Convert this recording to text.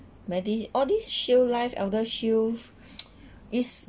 madie all these shield life ElderShield is